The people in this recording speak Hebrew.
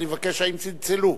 האם צלצלו?